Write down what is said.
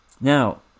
Now